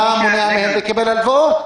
אתה מונע מהם לקבל הלוואות.